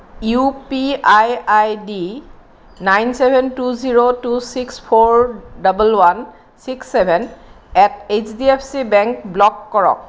U P I ID nine seven two zero two six four double one six seven eight H D F C bank block কৰক